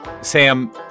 Sam